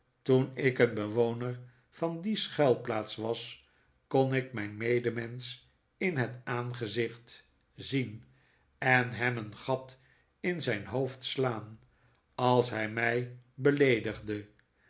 toen ik een bewoner van die schuilplaats was kon ik mijn medemensch in het aangezicht zien en hem een gat in zijn hoofd slaan als hij mij beleedigde